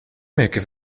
mycket